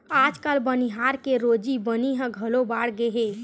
आजकाल बनिहार के रोजी बनी ह घलो बाड़गे हे